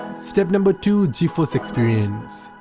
step number two, geforce experience!